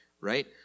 right